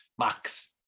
Max